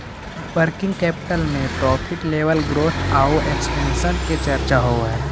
working capital में profit level growth आउ expansion के चर्चा होवऽ हई